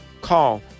Call